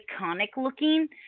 iconic-looking